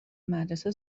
مدرسه